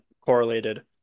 correlated